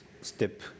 step